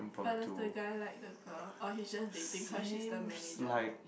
but does the guy like the girl or he's just dating cause she's the manager